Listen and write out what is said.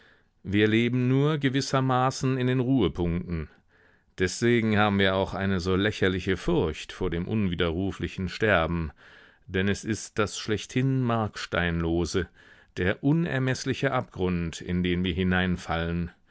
wir leben nur gewissermaßen in den ruhepunkten deswegen haben wir auch eine so lächerliche furcht vor dem unwiderruflichen sterben denn es ist das schlechthin marksteinlose der unermeßliche abgrund in den wir hineinfallen